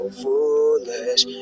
foolish